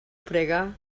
pregar